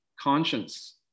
conscience